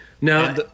No